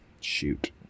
shoot